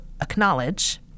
acknowledge